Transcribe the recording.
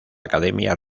academia